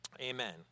Amen